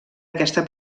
aquesta